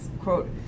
quote